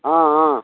ಹಾಂ ಹಾಂ